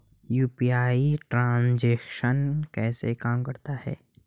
UPI transaction कैसे काम करता है?